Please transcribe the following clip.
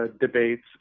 debates